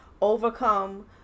overcome